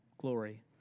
glory